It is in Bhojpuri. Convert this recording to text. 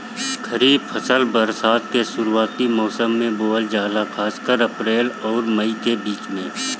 खरीफ फसल बरसात के शुरूआती मौसम में बोवल जाला खासकर अप्रैल आउर मई के बीच में